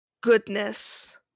goodness